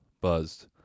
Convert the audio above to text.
buzzed